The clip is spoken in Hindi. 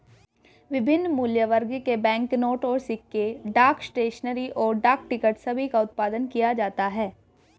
विभिन्न मूल्यवर्ग के बैंकनोट और सिक्के, डाक स्टेशनरी, और डाक टिकट सभी का उत्पादन किया जाता है